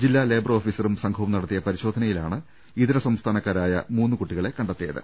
ജില്ലാ ലേബർ ഓഫീസറും സംഘവും നടത്തിയ പരിശോധനയി ലാണ് ഇതരസംസ്ഥാനക്കാരായ മൂന്ന് കുട്ടികളെ കണ്ടെത്തിയത്